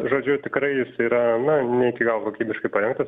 žodžiu tikrai jis yra na iki galo kokybiškai parengtas